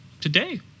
today